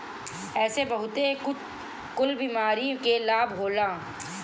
एसे बहुते कुल बीमारी में लाभ होला